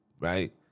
right